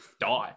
die